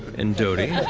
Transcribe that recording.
and doty.